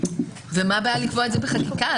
מה הבעיה לקבוע את זה בחקיקה?